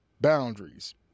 boundaries